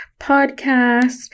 podcast